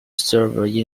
serve